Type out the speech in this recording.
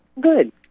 Good